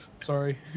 sorry